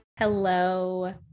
Hello